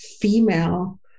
female